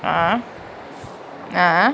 ah